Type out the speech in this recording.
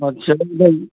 अच्छा मतलब